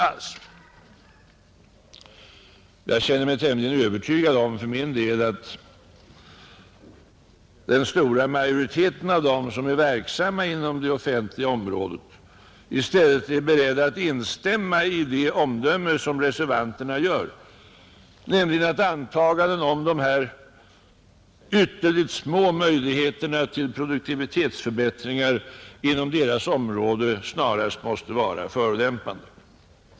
Jag känner mig för min del tämligen övertygad om att den stora majoriteten av dem som är verksamma inom det offentliga området i stället är beredd att instämma i det omdöme som reservanterna gör, nämligen att antaganden om de här ytterligt små möjligheterna till produktivitetsförbättringar inom deras område snarast måste vara förolämpande.